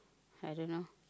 I don't know